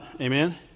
Amen